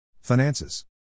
Finances